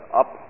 up